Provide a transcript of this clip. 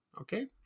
Okay